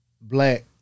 black